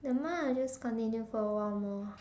nevermind ah just continue for a while more